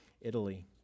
Italy